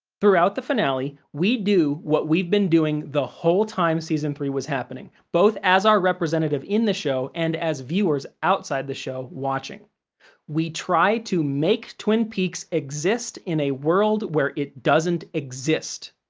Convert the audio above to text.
throughout the finale, we do what we've been doing the whole time season three was happening, both as our representative in the show and as viewers outside the show watching we try to make twin peaks exist in a world where it doesn't exist.